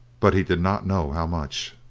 but he did not know how much.